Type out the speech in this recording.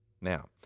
Now